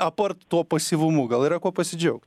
apart to pasyvumu gal yra kuo pasidžiaugt